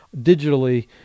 digitally